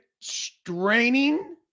straining